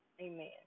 Amen